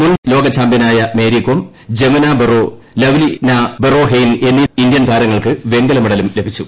മുൻ് ലോകചാമ്പൃനായ മേരികോം ജമുന ബൊറോ ലവ്ലീന ബെഗോഹെയ്ൻ എന്നീ ഇന്ത്യൻ താരങ്ങൾക്ക് വെങ്കലമെഡലും ലഭിച്ചു